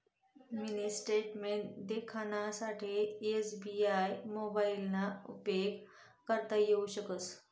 mini statement देखानासाठे SBI मोबाइलना उपेग करता येऊ शकस